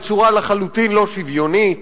בצורה לחלוטין לא שוויונית.